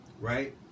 right